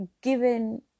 given